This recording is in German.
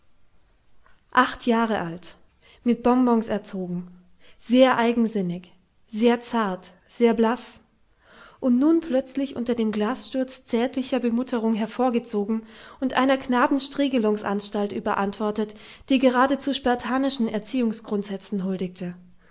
acht jahre alt mit bonbons erzogen sehr eigensinnig sehr zart sehr blaß und nun plötzlich unter dem glassturz zärtlichster bemutterung hervorgezogen und einer knabenstriegelungsanstalt überantwortet die geradezu spartanischen erziehungsgrundsätzen huldigte